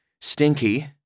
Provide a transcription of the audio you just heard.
stinky